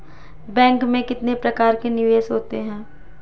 Bank में कितने प्रकार के निवेश होते हैं?